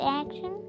action